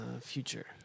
future